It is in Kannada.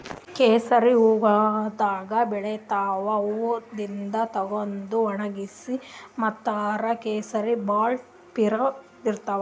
ಕೇಸರಿ ಹೂವಾದಾಗ್ ಬೆಳಿತಾವ್ ಹೂವಾದಿಂದ್ ತಗದು ವಣಗ್ಸಿ ಮಾರ್ತಾರ್ ಕೇಸರಿ ಭಾಳ್ ಪಿರೆ ಇರ್ತವ್